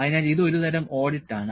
അതിനാൽ ഇത് ഒരു തരം ഓഡിറ്റ് ആണ്